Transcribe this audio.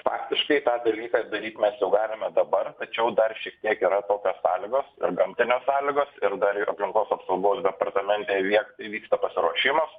faktiškai tą dalyką daryt mes jau galime dabar tačiau dar šiek tiek yra tokios sąlygos gamtinės sąlygos ir dar aplinkos apsaugos departamente vieg vyksta pasiruošimas